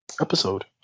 episode